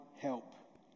help